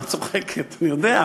את צוחקת, אני יודע.